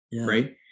right